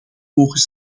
mogen